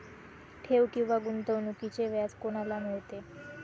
ठेव किंवा गुंतवणूकीचे व्याज कोणाला मिळते?